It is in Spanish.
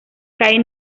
kai